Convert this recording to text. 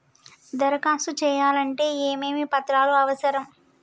దరఖాస్తు చేయాలంటే ఏమేమి పత్రాలు అవసరం?